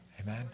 Amen